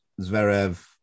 Zverev